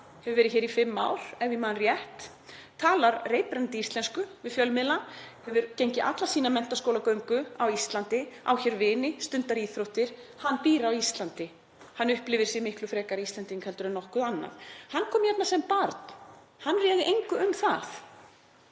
hefur verið hér í fimm ár, ef ég man rétt, talar reiprennandi íslensku við fjölmiðla, hefur gengið alla sína menntaskólagöngu á Íslandi, á hér vini, stundar íþróttir. Hann býr á Íslandi. Hann upplifir sig miklu frekar Íslending en nokkuð annað. Hann kom hingað sem barn. Hann réð engu um það.